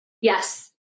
Yes